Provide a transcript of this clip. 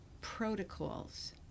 protocols